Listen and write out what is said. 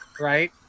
right